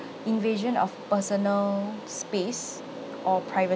invasion of personal space or